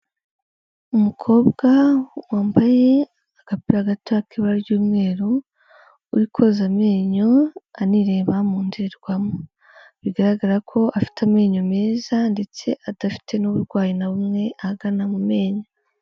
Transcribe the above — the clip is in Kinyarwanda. Umukobwa wambaye agapira gato k'ibara ry'umweru uri koza amenyo anireba mu ndorerwamo, bigaragara ko afite amenyo meza ndetse adafite n'uburwayi na bumwe ahagana mu menyo.